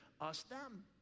Us-them